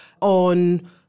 on